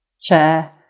chair